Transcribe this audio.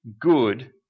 good